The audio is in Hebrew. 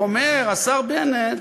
אומר השר בנט,